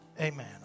Amen